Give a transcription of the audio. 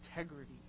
integrity